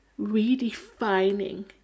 redefining